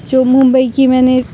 جو ممبئی کی میں نے